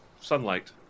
sunlight